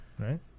right